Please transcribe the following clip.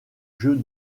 jeux